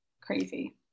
Crazy